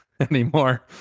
anymore